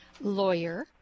lawyer